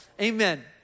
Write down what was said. amen